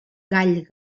gall